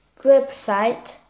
website